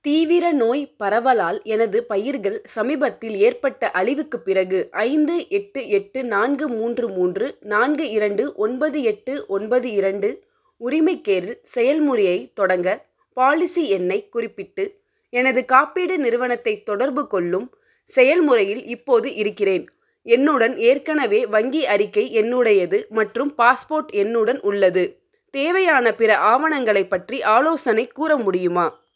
தீவிர நோய் பரவலால் எனது பயிர்கள் சமீபத்தில் ஏற்பட்ட அழிவுக்கு பிறகு ஐந்து எட்டு எட்டு நான்கு மூன்று மூன்று நான்கு இரண்டு ஒன்பது எட்டு ஒன்பது இரண்டு உரிமைக்கோரில் செயல்முறையை தொடங்க பாலிசி எண்ணை குறிப்பிட்டு எனது காப்பீடு நிறுவனத்தை தொடர்பு கொள்ளும் செயல்முறையில் இப்போது இருக்கிறேன் என்னுடன் ஏற்கனவே வங்கி அறிக்கை என்னுடையது மற்றும் பாஸ்போர்ட் என்னுடன் உள்ளது தேவையான பிற ஆவணங்களை பற்றி ஆலோசனை கூற முடியுமா